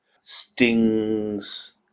stings